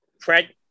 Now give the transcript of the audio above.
Fred